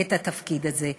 את התפקיד הזה,